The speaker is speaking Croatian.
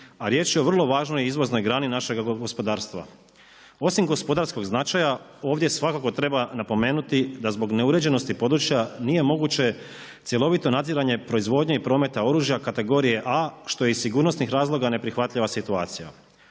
A riječ je o vrlo važnoj izvoznoj grani našega gospodarstva. Osim gospodarskog značaja ovdje svakako treba napomenuti da zbog neuređenosti područja nije moguće cjelovito nadziranje proizvodnje i prometa oružja kategorije A što je iz sigurnosnih razloga neprihvatljiva situacija.